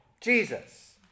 Jesus